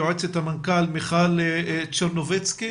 יועצת המנכ"ל מיכל צ'רנוביצקי.